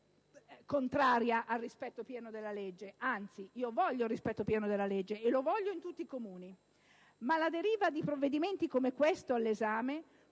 contraria al rispetto pieno della legge, anzi io voglio il rispetto pieno della legge e lo voglio in tutti i Comuni, ma la deriva di provvedimenti come questo in esame